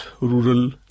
rural